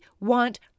want